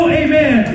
amen